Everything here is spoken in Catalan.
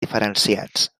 diferenciats